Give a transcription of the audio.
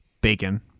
Bacon